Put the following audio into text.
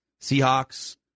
Seahawks